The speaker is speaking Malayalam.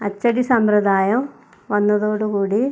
അച്ചടി സമ്പ്രദായം വന്നതോടു കൂടി